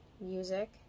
music